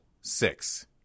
six